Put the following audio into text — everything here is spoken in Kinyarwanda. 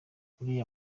uriya